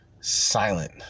silent